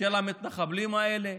של המתנחבלים האלה?